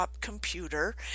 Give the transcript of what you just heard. computer